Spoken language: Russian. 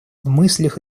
мыслях